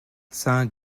saint